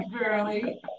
barely